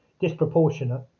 disproportionate